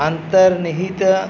अन्तर्निहितः